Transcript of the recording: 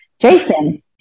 Jason